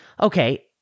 Okay